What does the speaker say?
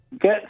get